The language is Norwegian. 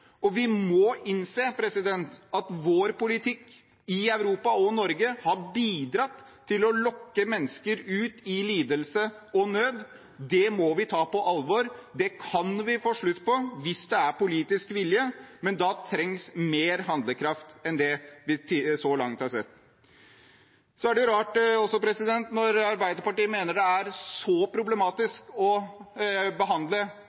og vi må innse at vår politikk i Europa og Norge har bidratt til å lokke mennesker ut i lidelse og nød. Det må vi ta på alvor, og det kan vi få slutt på hvis det er politisk vilje, men da trengs det mer handlekraft enn vi har sett så langt. Det er også rart når Arbeiderpartiet mener det er så problematisk å behandle